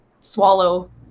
swallow